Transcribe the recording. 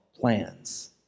plans